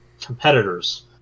competitors